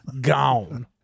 gone